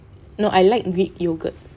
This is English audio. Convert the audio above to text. no I like greek yogurt